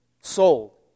sold